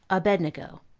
abednego.